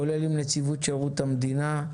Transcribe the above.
כולל עם נציבות שירות המדינה.